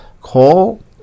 Call